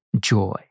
joy